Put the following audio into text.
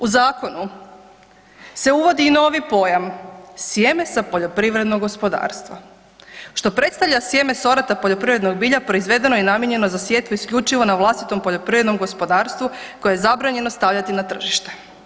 U zakonu se uvodi i novi pojam, sjeme sa poljoprivrednog gospodarstva, što predstavlja sjeme sorata poljoprivrednog bilja proizvedeno i namijenjeno za sjetvu isključivo na vlastitom poljoprivrednom gospodarstvu koje je zabranjeno stavljati na tržište.